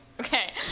Okay